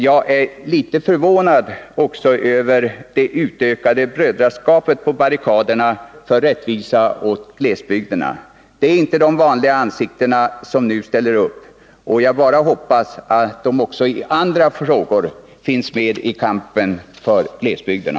Jag är också litet förvånad över det utökade brödraskapet på barrikaderna för rättvisa åt glesbygderna. Det är inte de vanliga ansiktena man ser. Jag hoppas bara att de också i andra frågor finns med i kampen för glesbygderna.